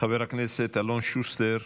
חבר הכנסת אלון שוסטר,